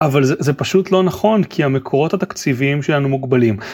אבל זה פשוט לא נכון כי המקורות התקציביים שלנו מוגבלים.